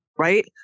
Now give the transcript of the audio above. right